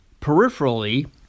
peripherally